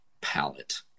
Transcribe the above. palette